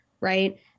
right